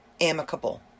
amicable